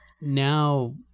now